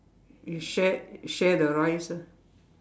you share share the rice lah